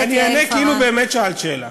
אני אענה כאילו באמת שאלת שאלה.